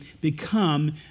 become